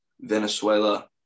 Venezuela